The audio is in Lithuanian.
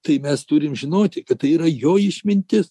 tai mes turim žinoti kad tai yra jo išmintis